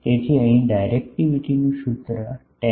તેથી અહીં ડાયરેક્ટિવિટીનું સૂત્ર 10